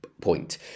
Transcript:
point